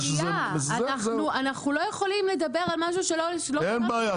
אדוני --- אנחנו לא יכולים לדבר על משהו שלא --- אין בעיה,